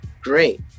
great